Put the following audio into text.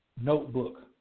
notebook